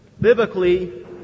Biblically